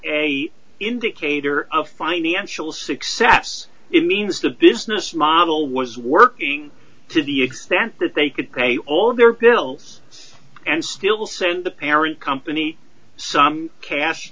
a indicator of financial success it means the business model was working to the extent that they could pay all their bills and still send the parent company some cash